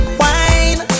wine